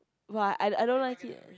!wah! I don't I don't like it